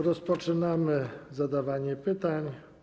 Rozpoczynamy zadawanie pytań.